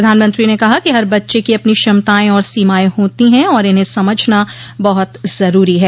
प्रधानमंत्री ने कहा कि हर बच्चे की अपनी क्षमताएं और सीमाएं होती हैं और इन्हें समझना बहुत जरूरी है